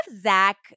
Zach